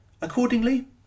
Accordingly